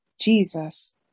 Jesus